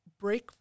break